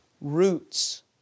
roots